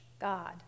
God